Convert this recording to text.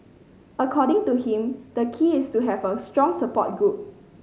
according to him the key is to have a strong support group